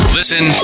Listen